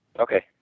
Okay